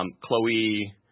Chloe